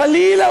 חלילה,